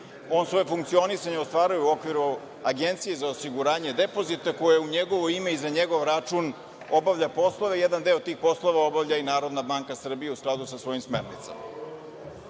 on svoje funkcionisanje ostvaruje u okviru Agencije za osiguranje depozita koja u njegovo ime i za njegov račun obavlja poslove, a jedan deo tih poslova obavlja i NBS u skladu sa svojim smernicama. Kažem,